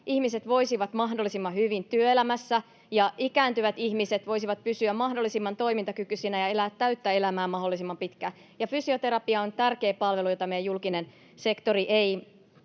ihmiset voisivat mahdollisimman hyvin työelämässä ja ikääntyvät ihmiset voisivat pysyä mahdollisimman toimintakykyisinä ja elää täyttä elämää mahdollisimman pitkään. Fysioterapia on tärkeä palvelu, jota meidän julkinen sektori ei